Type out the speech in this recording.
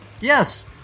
Yes